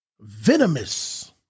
venomous